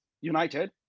United